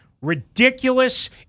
ridiculous